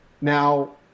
Now